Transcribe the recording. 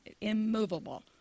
immovable